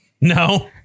No